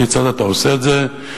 כיצד אתה עושה את זה,